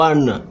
One